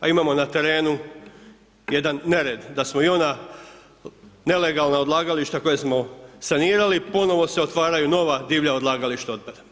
Imamo na terenu jedan nered, da smo i ona nelegalna odlagališta koja smo sanirali, ponovno se otvaraju nova divlja odlagališta otpada.